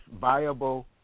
viable